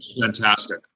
Fantastic